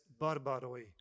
barbaroi